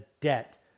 debt